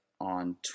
on